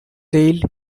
jailed